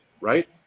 right